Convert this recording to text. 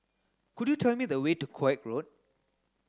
could you tell me the way to Koek Road